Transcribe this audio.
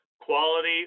quality